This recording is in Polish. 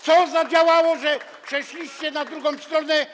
Co zadziałało, że przeszliście na drugą stronę.